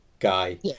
guy